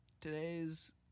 Today's